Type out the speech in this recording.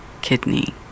kidney